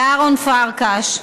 לאהרון פרקש,